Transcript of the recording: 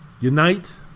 Unite